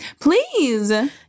please